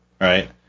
right